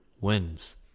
wins